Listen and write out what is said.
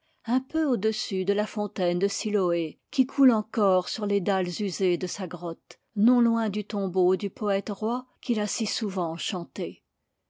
un peu au-dessus de la fontaine de siloé qui coule encore sur les dalles usées de sa grotte non loin du tombeau du poète roi qui l'a si souvent chantée